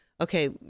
okay